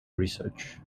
research